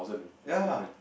ya